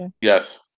yes